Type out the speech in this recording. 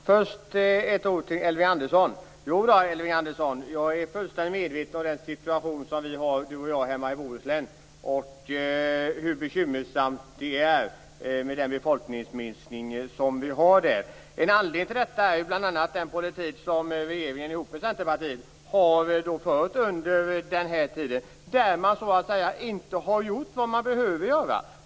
Fru talman! Först vill jag säga ett ord till Elving Andersson. Jo, jag är fullständigt medveten om den situation som vi har hemma i Bohuslän och hur bekymmersamt det är med befolkningsminskningen där. En anledning till detta är den politik som regeringen har fört ihop med Centerpartiet under den här tiden, där man inte har gjort vad man behöver göra.